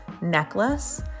necklace